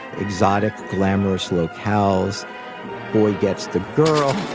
exotic, glamorous locales. boy gets the girl.